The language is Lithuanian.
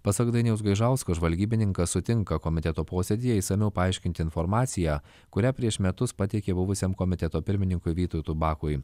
pasak dainiaus gaižausko žvalgybininkas sutinka komiteto posėdyje išsamiau paaiškinti informaciją kurią prieš metus pateikė buvusiam komiteto pirmininkui vytautui bakui